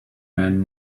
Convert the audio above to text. man